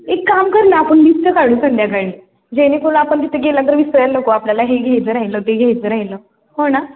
एक काम कर ना आपण लिस्ट काढू संध्याकाळी जेणेकरून आपण तिथे गेलं तर विसरायला नको आपल्याला हे घ्यायचं राहिलं ते घ्यायचं राहिलं हो ना